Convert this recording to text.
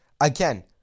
Again